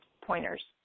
pointers